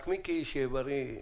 רק מיקי, שיהיה בריא,